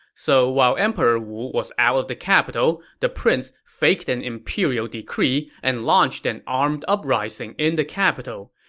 so while emperor wu was out of the capital, the prince faked an imperial decree and launched an armed uprising in the capital.